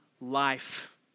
life